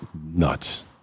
nuts